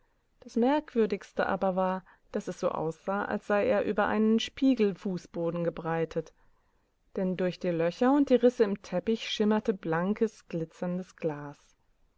das merkwürdigste aber war daß es so aussah als sei er über einen spiegelfußboden gebreitet denn durch die löcher und die risse im teppich schimmerteblankes glitzerndesglas